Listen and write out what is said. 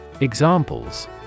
Examples